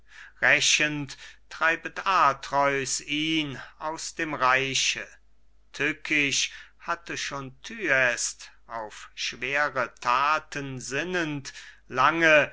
rächend treibet atreus ihn aus dem reiche tückisch hatte schon thyest auf schwere thaten sinnend lange